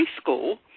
school